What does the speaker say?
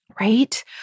Right